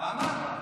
למה?